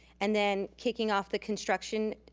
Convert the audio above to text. and then kicking off the construction